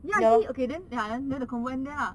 ya see okay then ya then the convo ends there lah